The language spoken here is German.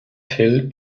fiel